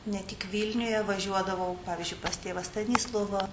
ne tik vilniuje važiuodavau pavyzdžiui pas tėvą stanislovą